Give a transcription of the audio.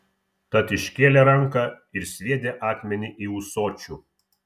tad iškėlė ranką ir sviedė akmenį į ūsočių